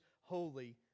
holy